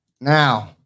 now